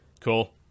cool